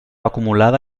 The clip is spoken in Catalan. acumulada